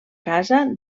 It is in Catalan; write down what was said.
casa